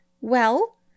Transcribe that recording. Well